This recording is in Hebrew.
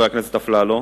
חבר הכנסת אלי אפללו,